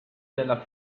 della